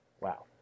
Wow